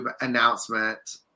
announcement